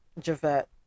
Javette